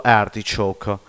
artichoke